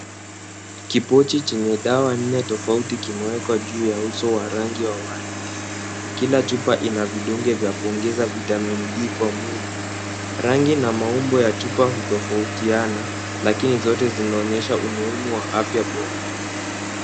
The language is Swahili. Kipochi chenye dawa nne tofauti kimewekwa juu ya uso wa rangi wa waridi, kila chupa ina vidonge vya kuongeza vitamin D kwa mwili, rangi na maumbo ya chupa hutofautiana lakini zote zinzaonyesha umuhimu wa afya bora.